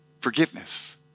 forgiveness